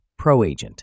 ProAgent